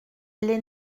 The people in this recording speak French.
les